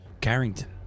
carrington